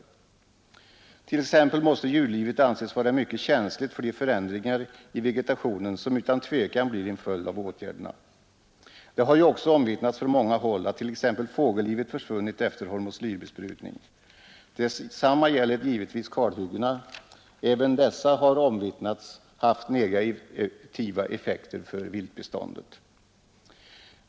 Djurlivet måste t.ex. anses vara mycket känsligt för de förändringar i vegetationen som utan tvivel blir en följd av åtgärderna. Det har ju också omvittnats från många håll att t.ex. fågellivet försvunnit efter hormoslyrbesprutning. Även kalhyggena omvittnas ha haft negativa effekter för viltbeståndet.